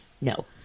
No